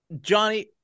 Johnny